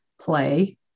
Play